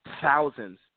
thousands